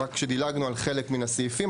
רק שדילגנו על חלק מן הסעיפים.